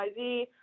XYZ